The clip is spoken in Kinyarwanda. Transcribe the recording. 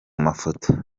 mafoto